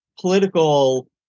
political